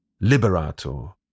liberator